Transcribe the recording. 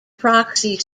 proxy